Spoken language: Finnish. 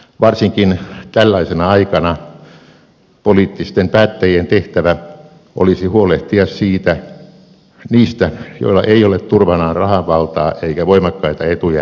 varsinkin tällaisena aikana poliittisten päättäjien tehtävä olisi huolehtia niistä joilla ei ole turvanaan rahan valtaa eikä voimakkaita etujärjestöjä